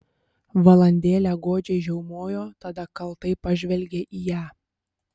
valandėlę godžiai žiaumojo tada kaltai pažvelgė į ją